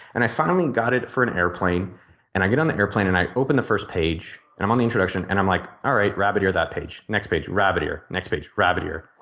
i finally got it for an airplane and i get on the airplane and i open the first page and i'm on the introduction and i'm like all right rabbit ear that page. next page rabbit ear next page rabbit ear.